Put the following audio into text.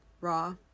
raw